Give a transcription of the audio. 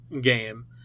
game